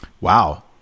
Wow